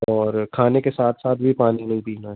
और खाने के साथ साथ भी पानी नहीं पीना है